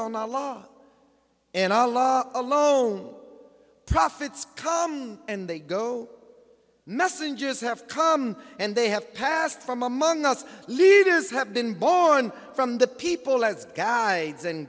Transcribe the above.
law and all law alone prophets come and they go messengers have come and they have passed from among us leaders have been born from the people as guides and